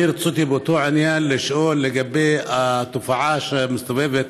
אני רציתי לשאול באותו עניין לגבי התופעה שמסתובבת,